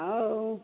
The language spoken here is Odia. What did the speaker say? ହଉ